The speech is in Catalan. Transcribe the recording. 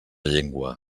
llengua